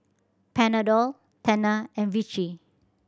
Panadol Tena and Vichy